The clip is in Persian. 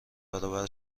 برابر